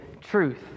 truth